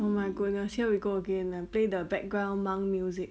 oh my goodness here we go again lah play the background monk music